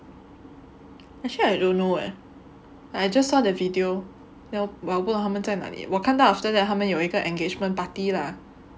actually I don't know eh I just saw the video but 我不懂他们在哪里 eh 我看到 after that 他们有一个 engagement party lah